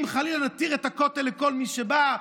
אם חלילה נתיר את הכותל לכל מי שבא?